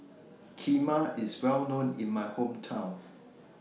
Kheema IS Well known in My Hometown